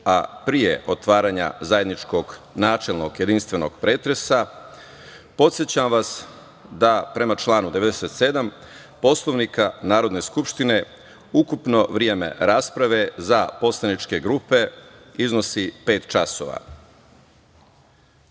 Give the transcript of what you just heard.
a pre otvaranja zajedničkog načelnog jedinstvenog pretresa, podsećam vas da prema članu 97. Poslovnika Narodne skupštine, ukupno vreme rasprave, za poslaničke grupe, iznosi pet časova. Molim